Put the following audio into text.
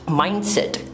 mindset